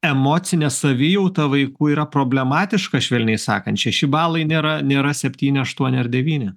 emocinė savijauta vaikų yra problematiška švelniai sakan šeši balai nėra nėra septyni aštuoni ar devyni